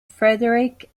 frederick